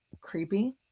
creepy